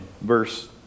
verse